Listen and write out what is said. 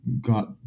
got